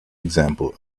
example